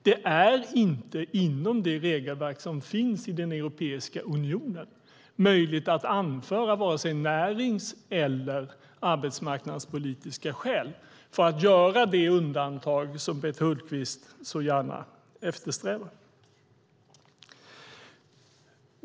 Det är inte inom det regelverk som finns i den europeiska unionen möjligt att anföra vare sig närings eller arbetsmarknadspolitiska skäl för att göra det undantag som Peter Hultqvist så gärna eftersträvar.